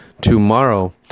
tomorrow